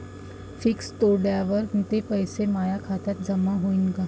Fix तोडल्यावर ते पैसे माया खात्यात जमा होईनं का?